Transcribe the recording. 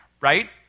right